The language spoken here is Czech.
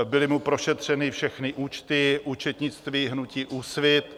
Byly mu prošetřeny všechny účty i účetnictví hnutí Úsvit.